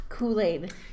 kool-aid